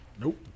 Nope